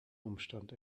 umstand